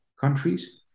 countries